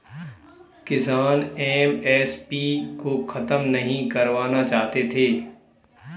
किसान एम.एस.पी को खत्म नहीं करवाना चाहते थे